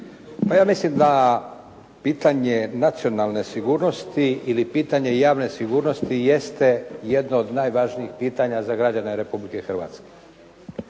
Pa ja mislim da pitanje nacionalne sigurnosti ili pitanje javne sigurnosti jeste jedno od najvažnijih pitanja za građane Republike Hrvatske.